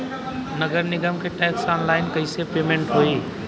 नगर निगम के टैक्स ऑनलाइन कईसे पेमेंट होई?